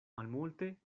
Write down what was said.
malmulte